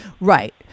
Right